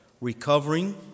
recovering